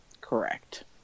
Correct